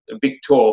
victor